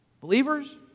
Believers